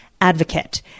advocate